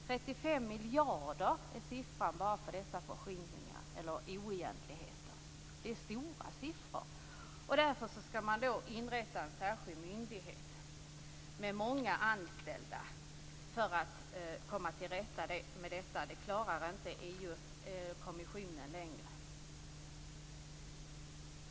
35 miljarder är siffran bara för dessa oegentligheter. Det är stora summor. Därför skall man inrätta en särskild myndighet med många anställda för att komma till rätta med detta - det klarar inte kommissionen längre.